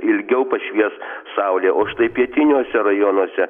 ilgiau pašvies saulė o štai pietiniuose rajonuose